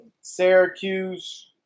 Syracuse